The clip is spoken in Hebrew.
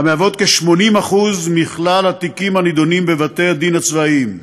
שהן כ-80% מכלל התיקים הנדונים בבתי-הדין הצבאיים.